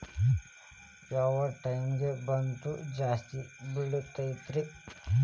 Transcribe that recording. ಯಾವ ಟೈಮ್ಗೆ ಭತ್ತ ಜಾಸ್ತಿ ಬೆಳಿತೈತ್ರೇ?